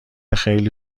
خیلی